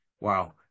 Wow